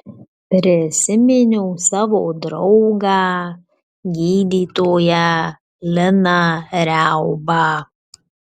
prisiminiau savo draugą gydytoją liną riaubą